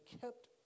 kept